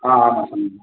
ஆ ஆமாம் சொல்லுங்கள்